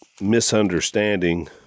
misunderstanding